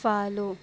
follow